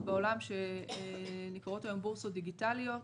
בעולם שנקראות היום בורסות דיגיטליות,